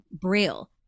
Braille